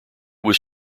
was